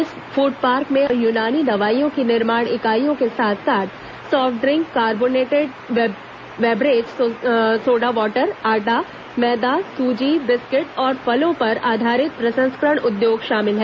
इस फूडपार्क में आयुर्वेदिक और यूनानी दवाइयों की निर्माण इकाईयों के साथ साथ सॉफ्टड्रिंक कार्बोनेटेड बेवरेज सोडावाटर आटा मैदा सूजी बिस्किट और फलों पर आधारित प्रसंस्करण उद्योग शामिल हैं